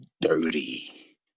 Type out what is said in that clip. dirty